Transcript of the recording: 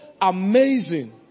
amazing